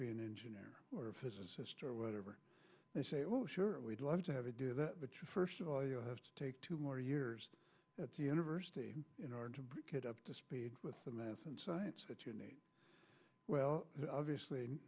be an engineer or a physicist or whatever they say oh sure we'd love to have to do that but you first of all you have to take two more years at the university in order to break it up to speed with the math and science that you need well obviously